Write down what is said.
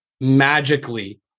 magically